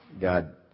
God